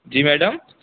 जी madam